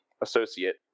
associate